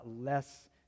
less